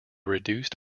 reduced